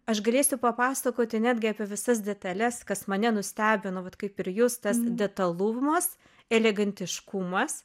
aš galėsiu papasakoti netgi apie visas detales kas mane nustebino vat kaip ir jus tas detalumas elegantiškumas